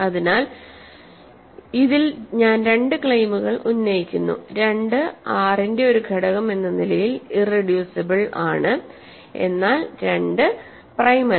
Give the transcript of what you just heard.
അതിനാൽ ഇതിൽ ഞാൻ രണ്ട് ക്ലെയിമുകൾ ഉന്നയിക്കുന്നു 2 R ന്റെ ഒരു ഘടകം എന്ന നിലയിൽ ഇറെഡ്യൂസിബിൾ ആണ് എന്നാൽ 2 പ്രൈം അല്ല